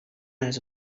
els